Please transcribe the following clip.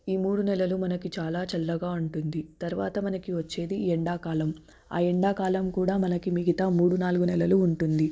ఈ మూడు నెలలు మనకి చాలా చల్లగా ఉంటుంది తరువాత మనకి వచ్చేది ఎండాకాలం ఆ ఎండాకాలం కూడ మనకి మిగతా మూడు నాలుగు నెలలు ఉంటుంది